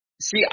See